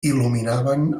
il·luminaven